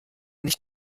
nicht